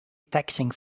taxing